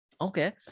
Okay